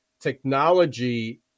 Technology